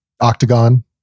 octagon